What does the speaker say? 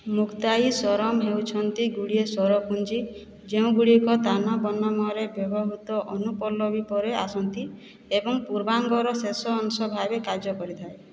ମୁକ୍ତାୟୀ ସ୍ୱରମ୍ ହେଉଛନ୍ତି ଗୁଡ଼ିଏ ସ୍ଵରପୁଞ୍ଜି ଯେଉଁଗୁଡ଼ିକ ତାନ ବର୍ଣ୍ଣମରେ ବ୍ୟବହୃତ ଅନୁପଲ୍ଲବୀ ପରେ ଆସନ୍ତି ଏବଂ ପୂର୍ବାଙ୍ଗର ଶେଷ ଅଂଶ ଭାବେ କାର୍ଯ୍ୟ କରିଥାଏ